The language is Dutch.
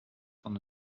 van